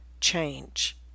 change